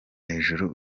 hejuru